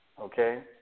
okay